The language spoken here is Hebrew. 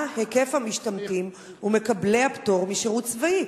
מה היקף המשתמטים ומקבלי הפטור משירות צבאי?